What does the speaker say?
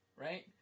right